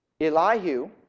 Elihu